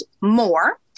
more